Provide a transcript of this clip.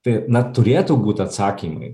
tai na turėtų būt atsakymai